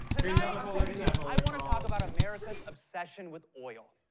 tonight i wanna talk about america's obsession with oil.